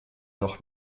noch